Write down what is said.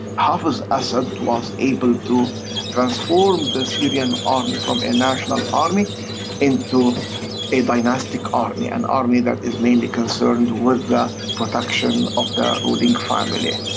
hafez assad was able to transform the syrian army from a national army into a dynastic army, an army that is mainly concerned with protection of the ruling family.